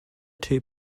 two